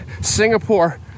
Singapore